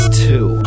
two